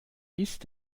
ist